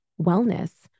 wellness